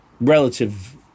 relative